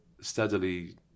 steadily